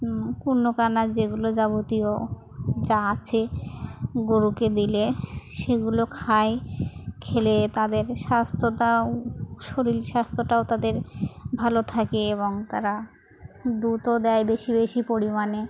কূর্ণ কানা যেগুলো যাবতীয় যা আছে গরুকে দিলে সেগুলো খায় খেলে তাদের স্বাস্থ্যতাও শরীল স্বাস্থ্যটাও তাদের ভালো থাকে এবং তারা দুতও দেয় বেশি বেশি পরিমাণে